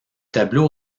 tableau